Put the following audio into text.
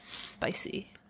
Spicy